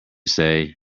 say